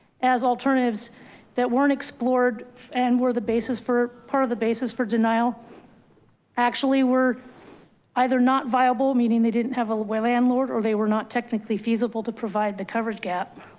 as alternatives that weren't explored and were the basis for part of the basis for denial actually were either not viable, meaning they didn't have a landlord or they were not technically feasible to provide the coverage gap.